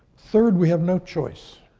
third, we have no choice,